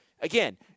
again